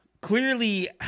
clearly